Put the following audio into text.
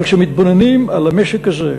אבל כשמתבוננים על המשק הזה,